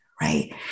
right